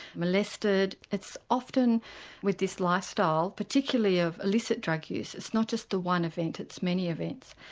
molested it's often with this lifestyle, particularly of illicit drug use it's not just the one event it's many events.